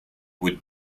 would